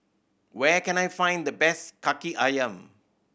where can I find the best Kaki Ayam